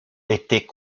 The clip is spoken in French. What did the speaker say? était